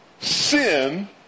sin